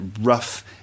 rough